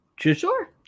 sure